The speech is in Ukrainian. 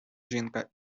жінка